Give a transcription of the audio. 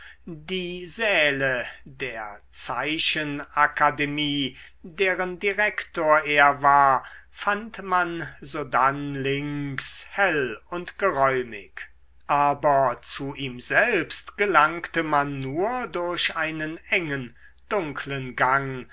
die säle der zeichenakademie deren direktor er war fand man sodann links hell und geräumig aber zu ihm selbst gelangte man nur durch einen engen dunklen gang